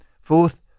Fourth